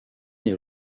les